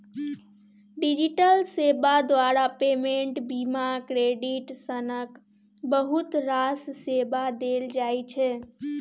digital सेबा द्वारा payment, बीमा, क्रेडिट सनक बहुत रास सेबा देल जाइ छै